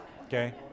Okay